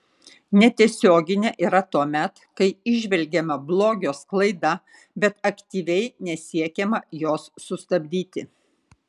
netiesioginė yra tuomet kai įžvelgiama blogio sklaida bet aktyviai nesiekiama jos sustabdyti